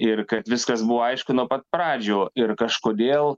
ir kad viskas buvo aišku nuo pat pradžių ir kažkodėl